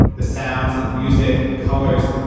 the sounds and music and colors,